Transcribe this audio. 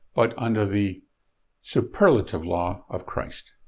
but under the superlative law of christ.